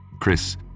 Chris